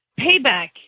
payback